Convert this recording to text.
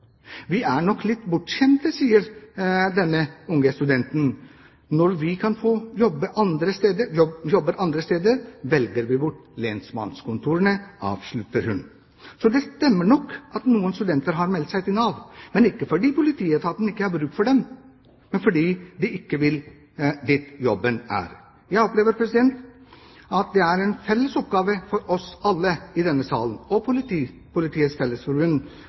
«Vi er nok litt bortskjemte», sier denne unge studenten. «Når vi kan få jobb andre steder, velger vi bort lensmannskontorene», avslutter hun. Så det stemmer nok at noen studenter har meldt seg til Nav – ikke fordi politietaten ikke har bruk for dem, men fordi de ikke vil dit jobbene er. Jeg opplever at det er en felles oppgave for oss alle i denne salen, og for Politiets Fellesforbund,